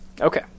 Okay